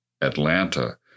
Atlanta